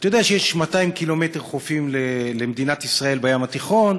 אתה יודע שיש 200 ק"מ חופים למדינת ישראל בים התיכון,